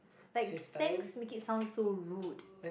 like thanks make it sounds so rude